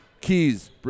Keys